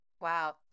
Wow